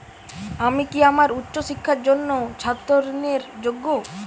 আমি কি আমার উচ্চ শিক্ষার জন্য ছাত্র ঋণের জন্য যোগ্য?